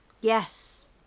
Yes